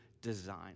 design